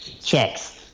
checks